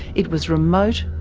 it was remote,